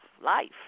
life